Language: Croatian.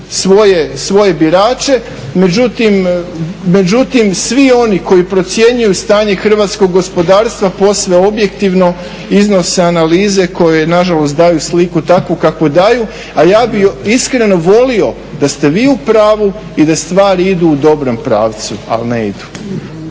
svoje birače, međutim svi oni koji procjenjuju stanje hrvatskog gospodarstva posve objektivno iznose analize koje na žalost daju sliku takvu kakvu daju. A ja bih iskreno volio da ste vi u pravu i da stvari idu u dobrom pravcu, ali ne idu.